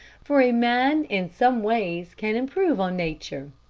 for a man in some ways can improve on nature.